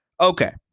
Okay